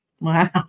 Wow